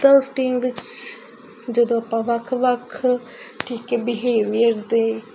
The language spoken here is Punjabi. ਤਾਂ ਉਸ ਟੀਮ ਵਿੱਚ ਜਦੋਂ ਆਪਾਂ ਵੱਖ ਵੱਖ ਠੀਕ ਹੈ ਬਿਹੇਵੀਅਰ ਦੇ